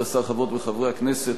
ראשית אני מוכרח להתנצל.